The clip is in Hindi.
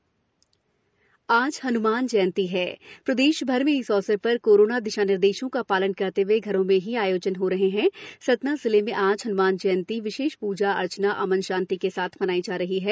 हन्मान जयंती आज हन्मान जयंती है प्रदेश भर में इस अवसर पर कोरोना दिशा निर्देशों का पालन करते हुए घरों में ही आयोजन हो रहे हैं सतना जिले में आज हनुमान जयंती विशेष पूजन अर्चना अमन शांति के साथ मनाई जा रही है